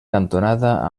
cantonada